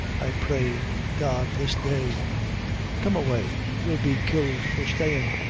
i pray god this day come away, you'll be killed for stayin'.